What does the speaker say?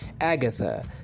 Agatha